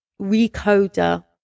recoder